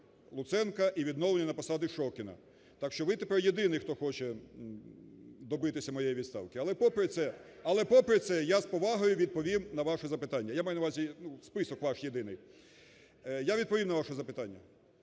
Луценка і відновленні на посаді Шокіна, так що ви тепер єдиний, хто хоче добитися моєї відставки. Але попри це, але попри це, я з повагою відповім на ваші запитання, я маю на увазі список ваш єдиний, я відповім на ваше запитання.